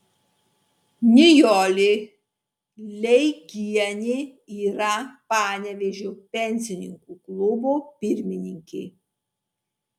nijolė leigienė yra panevėžio pensininkų klubo pirmininkė